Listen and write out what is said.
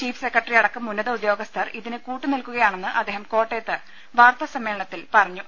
chief സെക്രട്ടറിയടക്കം ഉന്നത ഉദ്യോഗസ്ഥർ ഇതിന് കൂട്ടുനിൽക്കുകയാണെന്ന് അദ്ദേഹം കോട്ടയത്ത് വാർത്താ സമ്മേളനത്തിൽ പറഞ്ഞു